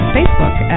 Facebook